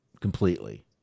completely